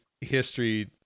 history